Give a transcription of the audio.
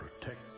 protect